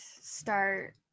start